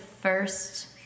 first